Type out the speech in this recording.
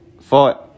four